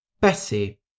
Bessie